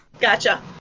Gotcha